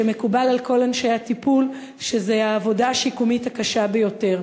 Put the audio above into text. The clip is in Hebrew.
שמקובל על כל אנשי הטיפול שזו העבודה השיקומית הקשה ביותר.